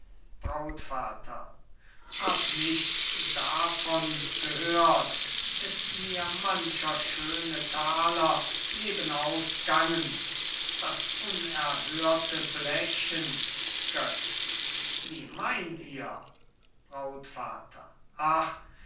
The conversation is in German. brautvater hab nichts davon gehört ist mir mancher schöne taler nebenaus gangen das unerhörte blechen götz wie meint ihr brautvater ach